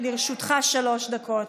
לרשותך שלוש דקות.